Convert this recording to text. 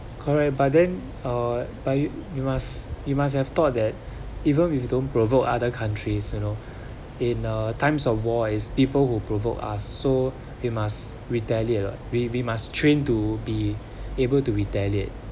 correct but then uh but you you must you must have thought that even if you don't provoke other countries you know in a times of war it's people who provoke us so you must retaliate what we we must train to be able to retaliate